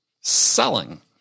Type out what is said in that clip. selling